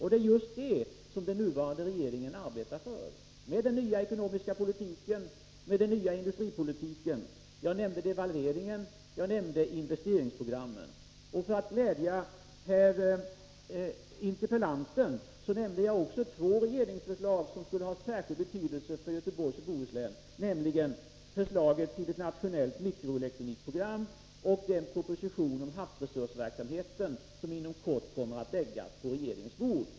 Det är just detta som den nuvarande regeringen arbetar för med den nya ekonomiska politiken och med den nya industripolitiken. Jag nämnde devalveringen. Jag nämnde investeringsprogrammen. För att glädja interpellanten nämnde jag också två regeringsförslag som skulle ha särskild betydelse för Göteborgs och Bohus län, nämligen förslaget till ett nationellt mikroelektronikprogram och den proposition om havsresursverksamhet som inom kort kommer att läggas på riksdagens bord.